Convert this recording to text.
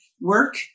work